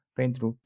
pentru